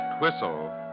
Whistle